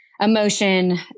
emotion